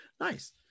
Nice